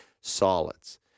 solids